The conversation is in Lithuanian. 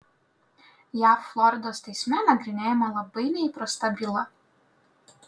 jav floridos teisme nagrinėjama labai neįprasta byla